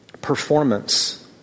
performance